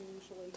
usually